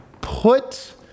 Put